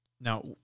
Now